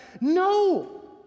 No